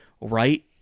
right